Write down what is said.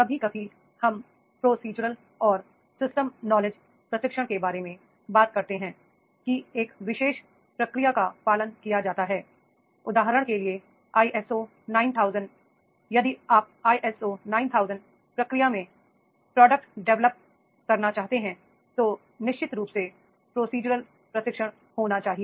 कभी कभी हम प्रोसीजरल और सिस्टम नॉलेज प्रशिक्षण के बारे में बात करते हैं कि एक विशेष प्रक्रिया का पालन किया जाता है उदाहरण के लिए आईएसओ 9000 यदि आप आईएसओ 9000 प्रक्रिया में प्रोडक्ट डेवलप करना चाहते हैं तो निश्चित रूप से प्रोसीजरल प्रशिक्षण होना चाहिए